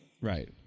right